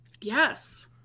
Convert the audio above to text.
yes